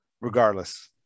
Regardless